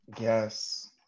Yes